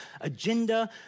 agenda